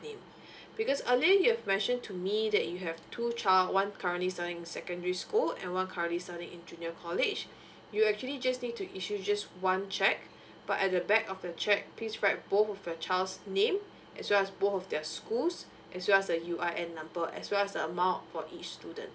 name because earlier you've mentioned to me that you have two child one currently studying in secondary school and one currently studying in junior college you actually just need to issue just one cheque but at the back of the cheque please write both of your child's name as well as both of their schools as well as the UIN number as well as the amount for each student